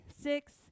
six